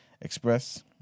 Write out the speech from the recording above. Express